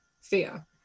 fear